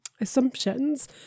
assumptions